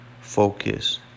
Focus